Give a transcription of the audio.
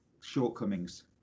shortcomings